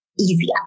easier